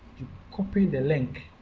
copy the link